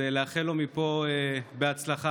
לאחל לו מפה הצלחה.